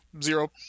zero